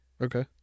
Okay